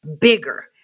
bigger